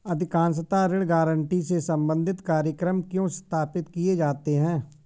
अधिकांशतः ऋण गारंटी से संबंधित कार्यक्रम क्यों स्थापित किए जाते हैं?